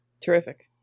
Terrific